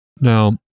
Now